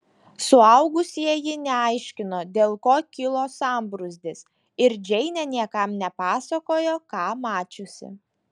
suaugusieji neaiškino dėl ko kilo sambrūzdis ir džeinė niekam nepasakojo ką mačiusi